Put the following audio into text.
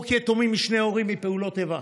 גם חוק יתומים משני ההורים מפעולות איבה,